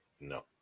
No